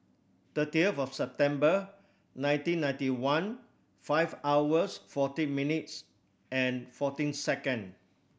thirty of September nineteen ninety one five hours forty minutes and fourteen second